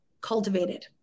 cultivated